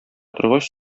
торгач